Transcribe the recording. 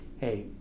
hey